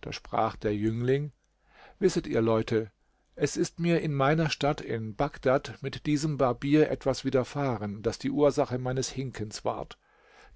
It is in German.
da sprach der jüngling wisset ihr leute es ist mir in meiner stadt in bagdad mit diesem barbier etwas widerfahren das die ursache meines hinkens ward